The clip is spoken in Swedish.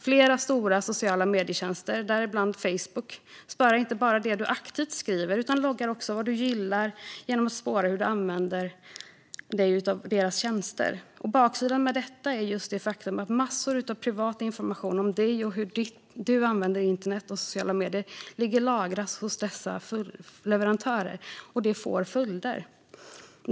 Flera stora sociala medietjänster, däribland Facebook, sparar inte bara det du aktivt skriver utan loggar också vad du "gillar" genom att spåra hur du använder dig av deras tjänster. Baksidan av detta är just det faktum att massor av privat information om dig och hur du använder internet och sociala medier ligger lagrat hos dessa leverantörer. Det får följder.